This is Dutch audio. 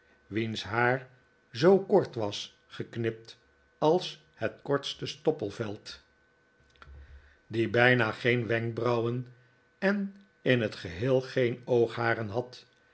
wiens haar zoo kort was geknipt als het kortste stoppelveld die bijna geen wenkbrauwen en in t geheel geen oogharen had